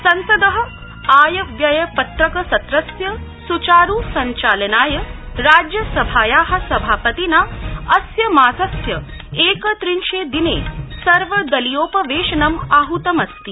संसद आय व्यय पत्रक सत्रस्य सुचारू संचालनाय राज्यसभाया सभापतिना अस्य मासस्य एकत्रिंशे दिने सर्वदलीयोपवेशनं आहतमस्ति